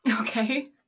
Okay